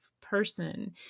person